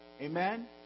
Amen